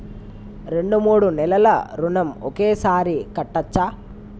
రెండు మూడు నెలల ఋణం ఒకేసారి కట్టచ్చా?